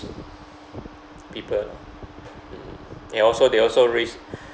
people and also they also race